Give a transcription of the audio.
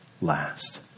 last